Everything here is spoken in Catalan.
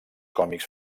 còmics